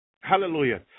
Hallelujah